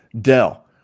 Dell